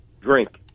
drink